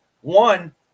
One